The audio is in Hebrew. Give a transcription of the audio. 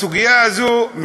בסוגיה הזאת,